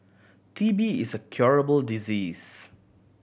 T B is a curable disease